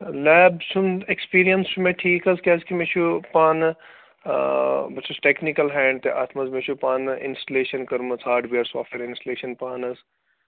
lab سُنٛد experience چھُ مےٚ ٹھیٖک حظ کیٛازِ کہِ مےٚ چھُ پانہٕ بہٕ چھُس ٹٮ۪کنِکَل ہینٛڈ تہِ اَتھ منٛز مےٚ چھُ پانہٕ اِنسِلیشَن کٔرمٕژ ہاڈویر سافٹٕویر اِنسِلیشَن پانہٕ حظ